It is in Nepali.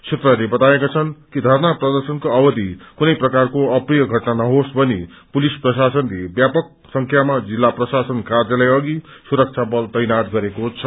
सूत्रहस्ले बताएका छन् कि धरना प्रदर्शनको अवधि कुनै प्रकारको अप्रिय घटना नहोस् भनी पुलिस प्रशासनले ब्यापक संख्यामा जिल्ला प्रशासन कार्यालय अघि सुरक्षा बल तैनात गरेको छ